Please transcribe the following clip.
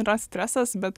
yra stresas bet